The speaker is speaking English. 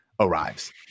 arrives